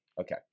okay